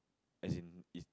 as in is